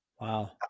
Wow